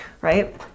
right